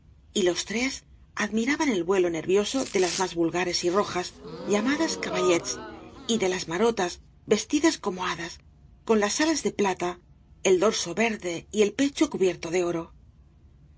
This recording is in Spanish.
y los tres admiraban el vuelo nervioso de las más vulgares y rojas llamadas caballets y de las marolas vestidas como hadas con las alas de plata el dorso verde y el pecho cubierto de oro